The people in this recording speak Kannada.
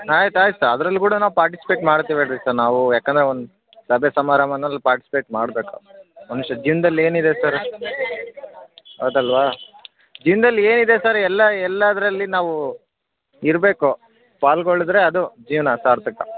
ಆಯ್ತು ಆಯ್ತು ಸರ್ ಅದ್ರಲ್ಲಿ ಕೂಡ ನಾವು ಪಾರ್ಟಿಸಿಪೇಟ್ ಮಾಡ್ತೀವಿ ಹೇಳಿ ರೀ ಸರ್ ನಾವು ಯಾಕಂದ್ರೆ ಒಂದು ಸಭೆ ಸಮಾರಂಭನಲ್ಲಿ ಪಾರ್ಟಿಸಿಪೇಟ್ ಮಾಡ್ಬೇಕು ಮನುಷ್ಯ ಜೀವ್ನದಲ್ಲಿ ಏನಿದೆ ಸರ್ ಹೌದಲ್ವಾ ಜೀವ್ನ್ದಲ್ಲಿ ಏನಿದೆ ಸರ್ ಎಲ್ಲ ಎಲ್ಲದರಲ್ಲಿ ನಾವು ಇರಬೇಕು ಪಾಲ್ಗೊಳ್ದ್ರೆ ಅದು ಜೀವನ ಸಾರ್ಥಕ